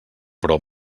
però